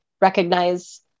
recognize